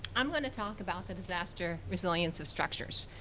i'm gonna talk about the disaster resilience of structures.